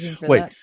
Wait